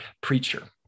preacher